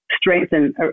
strengthen